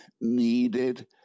needed